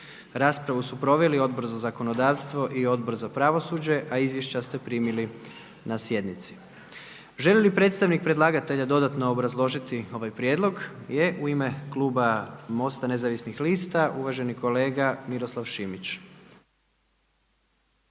Raspravu su proveli Odbor za zakonodavstvo i Odbor za pravosuđe, a izvješća ste primili na sjednici. Želi li predstavnik predlagatelja dodatno obrazložiti ovaj prijedlog? Je. U ime Kluba MOST-a Nezavisnih lista uvaženi kolega Miroslav Šimić.